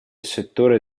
settore